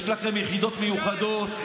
יש לכם יחידות מיוחדות,